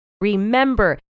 Remember